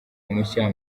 mushya